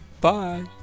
Bye